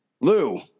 Lou